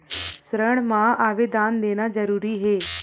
ऋण मा आवेदन देना जरूरी हे?